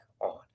on